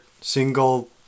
single